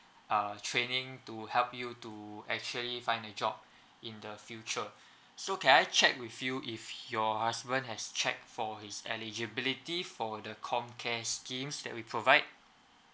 uh training to help you to actually find a job in the future so can I check with you if your husband has check for his eligibility for the comcare schemes that we provide